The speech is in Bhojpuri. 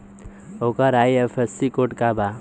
ओकर आई.एफ.एस.सी कोड का बा?